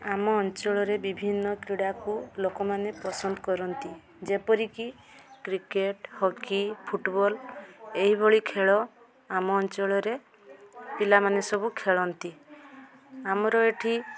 ଆମ ଅଞ୍ଚଳରେ ବିଭିନ୍ନ କ୍ରୀଡ଼ାକୁ ଲୋକମାନେ ପସନ୍ଦ କରନ୍ତି ଯେପରି କି କ୍ରିକେଟ୍ ହକି ଫୁଟବଲ୍ ଏହି ଭଳି ଖେଳ ଆମ ଅଞ୍ଚଳରେ ପିଲାମାନେ ସବୁ ଖେଳନ୍ତି ଆମର ଏଇଠି